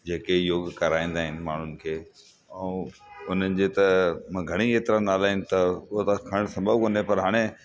जेके योग कराईंदा आहिनि माण्हुनि खे ऐं उन्हनि जे त मां घणेई एतिरा नाला आहिनि त उहो त खणणु संभव कोन्हे पर हाणे